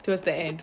towards the end